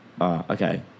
okay